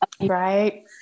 Right